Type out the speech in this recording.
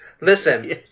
Listen